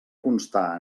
constar